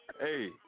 Hey